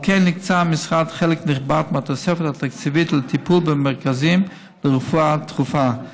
על כן הקצה המשרד חלק נכבד מתוספת התקציב לטיפול במרכזים לרפואה דחופה.